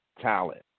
talent